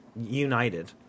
united